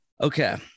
Okay